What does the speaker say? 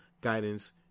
guidance